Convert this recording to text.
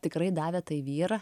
tikrai davė tai vyrą